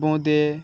বোদে